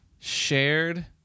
shared